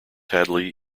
hadley